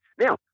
Now